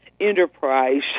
enterprise